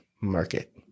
market